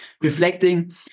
reflecting